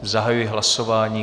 Zahajuji hlasování.